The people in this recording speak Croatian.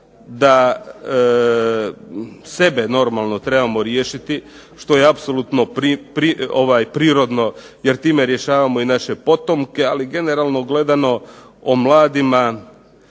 da sebe normalno trebamo riješiti što je apsolutno prirodno, jer time rješavamo i naše potomke. Ali generalno gledano o mladima